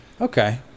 Okay